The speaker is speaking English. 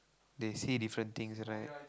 they say different things right